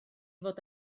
fod